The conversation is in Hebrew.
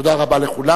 תודה רבה לכולם.